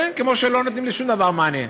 הוא לא מענה מלא.